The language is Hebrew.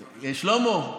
שלמה,